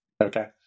Okay